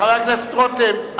חבר הכנסת רותם,